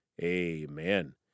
amen